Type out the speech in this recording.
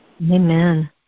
Amen